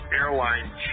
Airline